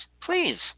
please